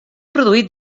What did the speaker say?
produït